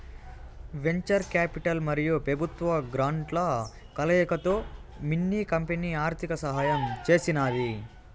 venture capital మరియు పెబుత్వ గ్రాంట్ల కలయికతో మిన్ని కంపెనీ ఆర్థిక సహాయం చేసినాది